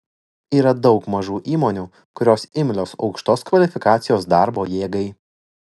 yra daug mažų įmonių kurios imlios aukštos kvalifikacijos darbo jėgai